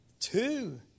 Two